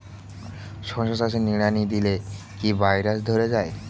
শশা চাষে নিড়ানি দিলে কি ভাইরাস ধরে যায়?